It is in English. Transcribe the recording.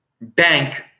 bank